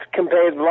compared